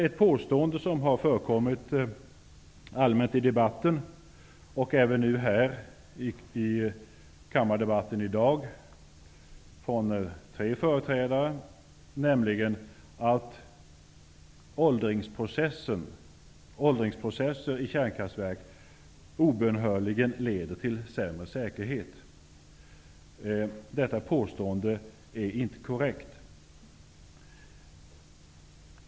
Ett påstående som har förekommit allmänt i debatten, och även här i kammaren framförts av tre företrädare, är att åldringsprocessen i kärnkraftverken obönhörligen leder till sämre säkerhet. Detta påstående är inte korrekt.